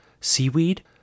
seaweed